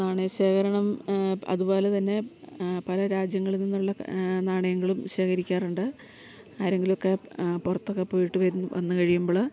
നാണയ ശേഖരണം അതു പോലെ തന്നെ പല രാജ്യങ്ങളിൽ നിന്നുള്ള നാണയങ്ങളും ശേഖരിക്കാറുണ്ട് ആരെങ്കിലൊക്കെ പുറത്തൊക്കെ പോയിട്ട് വന്നു കഴിയുമ്പോൾ